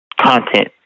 content